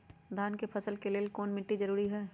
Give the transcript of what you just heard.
धान के फसल के लेल कौन मिट्टी जरूरी है?